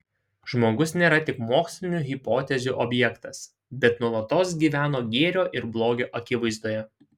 žmogus nėra tik mokslinių hipotezių objektas bet nuolatos gyvena gėrio ir blogio akivaizdoje